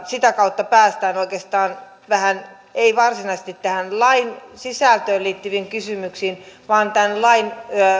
sitä kautta päästään oikeastaan ei varsinaisesti tähän lain sisältöön liittyviin kysymyksiin vaan tämän lain